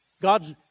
God's